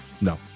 No